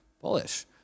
bullish